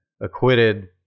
acquitted